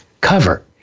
cover